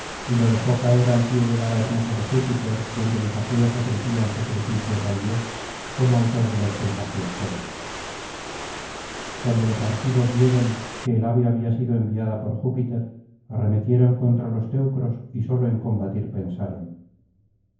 y lo dejó caer al pie del ara hermosa de júpiter donde los aqueos ofrecían sacrificios al dios como autor de los presagios todos cuando los argivos vieron que el ave había sido enviada por júpiter arremetieron contra los teucros y sólo en combatir pensaron